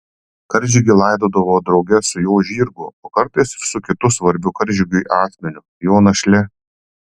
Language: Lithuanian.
karžygį laidodavo drauge su jo žirgu o kartais ir su kitu svarbiu karžygiui asmeniu jo našle